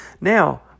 Now